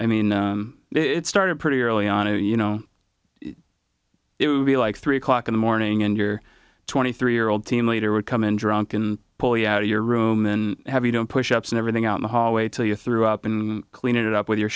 i mean it started pretty early on and you know it would be like three o'clock in the morning and your twenty three year old team leader would come in drunk and pull you out of your room and have you don't push ups and everything out in the hallway till you threw up and clean it up with your